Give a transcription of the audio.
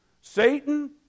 Satan